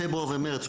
פברואר ומרץ,